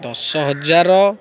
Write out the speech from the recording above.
ଦଶ ହଜାର